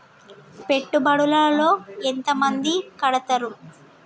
పెట్టుబడుల లో ఎంత మంది కడుతరు?